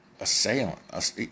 assailant